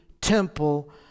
temple